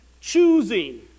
choosing